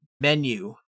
menu